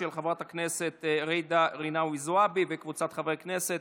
של חברת הכנסת ג'ידא רינאוי זועבי וקבוצת חברי הכנסת.